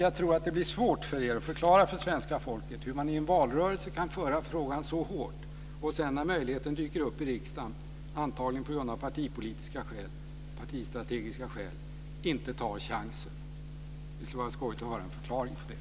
Jag tror att det blir svårt för er att förklara för svenska folket hur man i en valrörelse kan föra fram frågan så hårt, och sedan när möjligheten dyker upp i riksdagen, antagligen av partistrategiska skäl, inte tar chansen. Det skulle vara skojigt att höra en förklaring till det.